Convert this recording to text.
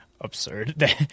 Absurd